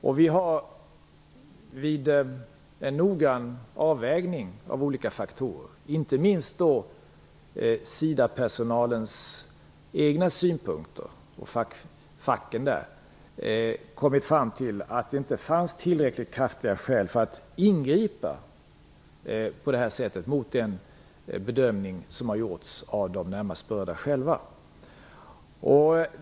Vi har vid en noggrann avvägning av olika faktorer, och då inte minst SIDA-personalens egna synpunkter och fackföreningarna där, kommit fram till att det inte fanns tillräckligt kraftiga skäl för att ingripa på detta sätt mot den bedömning som har gjorts av de närmast berörda själva.